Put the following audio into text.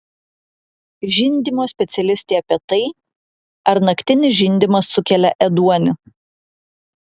žindymo specialistė apie tai ar naktinis žindymas sukelia ėduonį